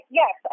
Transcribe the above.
yes